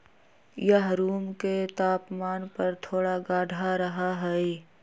यह रूम के तापमान पर थोड़ा गाढ़ा रहा हई